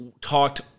talked